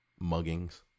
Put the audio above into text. muggings